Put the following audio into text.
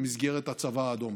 במסגרת הצבא האדום.